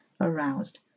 aroused